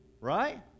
right